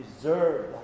deserve